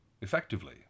effectively